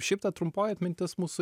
šiaip ta trumpoji atmintis mūsų